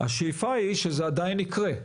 השאיפה היא שזה עדיין יקרה,